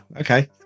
Okay